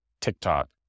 TikTok